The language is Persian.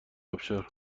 آبشار